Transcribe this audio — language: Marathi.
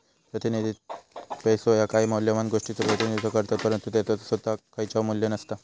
प्रातिनिधिक पैसो ह्या काही मौल्यवान गोष्टीचो प्रतिनिधित्व करतत, परंतु त्याचो सोताक खयचाव मू्ल्य नसता